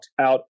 out